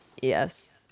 Yes